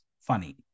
funny